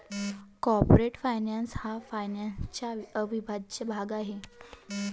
corporate finance हा फायनान्सचा अविभाज्य भाग आहे